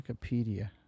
Wikipedia